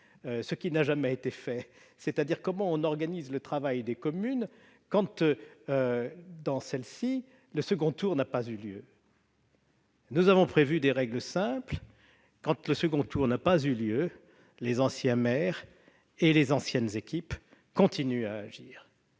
ce qui n'a jamais été fait, en l'occurrence comment organiser le travail des communes quand, dans celles-ci, le second tour n'a pas eu lieu. Nous avons prévu des règles simples : quand le second tour n'a pas eu lieu, les anciens maires et les anciennes équipes continuent à agir.